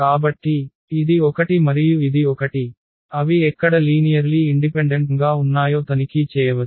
కాబట్టి ఇది ఒకటి మరియు ఇది ఒకటి అవి ఎక్కడ లీనియర్లీ ఇండిపెండెంట్ంగా ఉన్నాయో తనిఖీ చేయవచ్చు